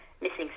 missing